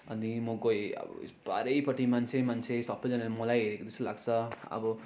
अनि म गएँ अब चारैपट्टि मान्छे मान्छे सबैजनाले मलाई हेरेको जस्तो लाग्छ अब